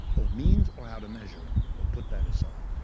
or means, or how to measure it. but put that aside.